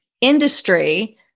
industry